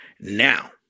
Now